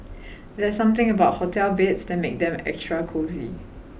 there's something about hotel beds that makes them extra cosy